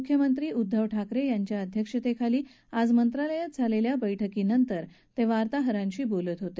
मुख्यमंत्री उद्दव ठाकरे यांच्या अध्यक्षतेखाली आज मंत्रालयात झालेल्या बैठकीनंतर ते वार्ताहरांशी बोलत होते